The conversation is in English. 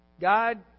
God